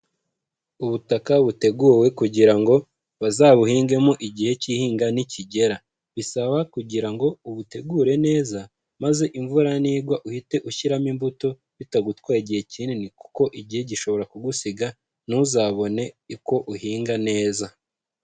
Ubutaka buteguwe kugira ngo bazabuhingemo igihe cy'ihinga nikigera. Bisaba kugira ngo ubutegure neza maze imvura nigwa uhite ushyiramo imbuto bitagutwaye igihe kinini kuko igihe gishobora kugusiga ntuzabone uko uhinga neza.